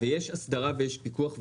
ויש הסדרה ופיקוח.